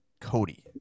Cody